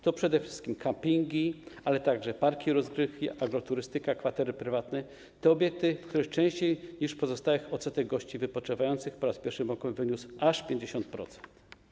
To przede wszystkim kempingi, ale także parki rozrywki, agroturystyka, kwatery prywatne - to obiekty, w których częściej niż w pozostałych odsetek gości wypoczywających po raz pierwszy wyniósł aż 50%.